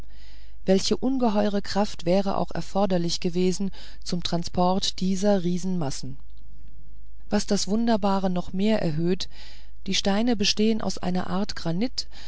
welch ungeheure kraft wäre auch erforderlich gewesen zum transport dieser riesenmassen was das wunderbare noch mehr erhöht die steine bestehen aus einer art granit